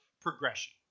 progression